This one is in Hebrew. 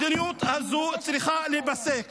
המדיניות הזו צריכה להיפסק.